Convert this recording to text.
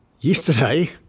Yesterday